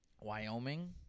Wyoming